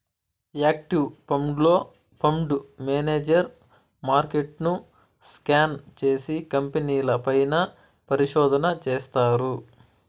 active ఫండ్లో, fund manager మార్కెట్ను scan చేసి, కంపెనీల పైన పరిశోధన చేస్తారు